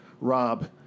Rob